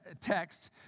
text